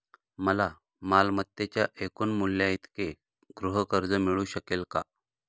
मला मालमत्तेच्या एकूण मूल्याइतके गृहकर्ज मिळू शकेल का?